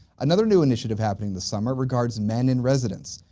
another new initiative happening this summer regards men-in-residence.